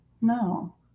No